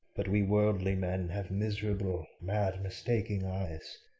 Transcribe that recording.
but we worldly men have miserable, mad, mistaking eyes.